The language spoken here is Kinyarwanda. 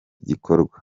gikorwa